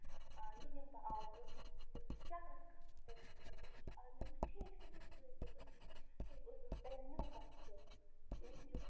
یہِ نِم بہٕ آز تٔمِس اوس چکرس گَژھُن تٔمۍ ووٚن دوٚپُن یہِ نِم بہِ آز مےٚ دوٚپمس ٹھیٖک چھُ نہِ ژٕے دوٚپُن ٹھیٖک اوس تٔمۍ نیوٗ پتہٕ سُہ تٔمۍ نیوٗ سُہ پتہٕ